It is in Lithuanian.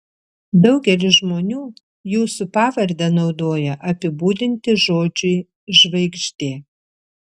daugelis žmonių jūsų pavardę naudoja apibūdinti žodžiui žvaigždė